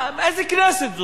איזה כנסת זו?